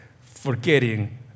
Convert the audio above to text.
forgetting